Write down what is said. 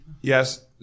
Yes